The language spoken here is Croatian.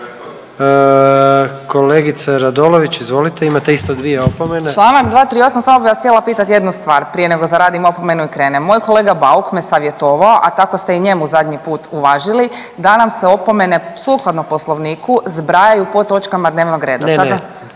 Kolegice Radolović, izvolite. Imate isto dvije opomene. **Radolović, Sanja (SDP)** Čl. 238, samo bih vas htjela pitati jednu stvar prije nego zaradim opomenu i krenem. Moj kolega Bauk me savjetovao, a tako ste i njemu zadnji put uvažili, da nam se opomene sukladno Poslovniku zbrajaju po točkama dnevnog reda.